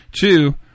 Two